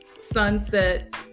sunset